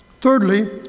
Thirdly